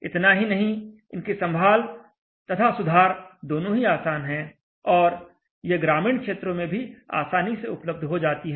इतना ही नहीं इनकी संभाल तथा सुधार दोनों ही आसान हैं और ये ग्रामीण क्षेत्रों में भी आसानी से उपलब्ध हो जाती हैं